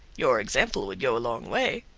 your example would go a long way.